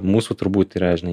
mūsų turbūt yra žinai